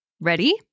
Ready